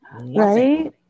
Right